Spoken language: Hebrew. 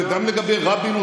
וגם לגבי רבין,